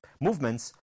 movements